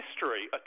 history